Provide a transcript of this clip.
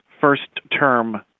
first-term